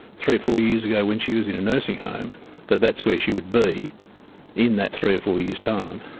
three or four years ago when she was in a nursing home that that's where she would be in that three or four years' time,